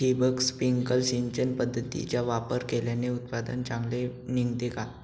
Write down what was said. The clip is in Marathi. ठिबक, स्प्रिंकल सिंचन पद्धतीचा वापर केल्याने उत्पादन चांगले निघते का?